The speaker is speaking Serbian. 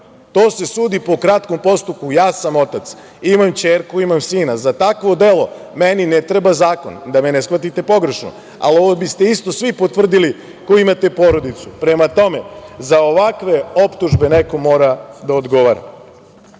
to se sudi po kratkom postupku, ja sam otac i imam ćerku i imam sina, i za takvo delo, meni ne treba zakon, da me ne shvatite pogrešno, ali ovo biste isto svi potvrdili koji imate porodicu. Prema tome, za ovakve optužbe neko mora da odgovara. Gospođo